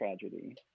tragedy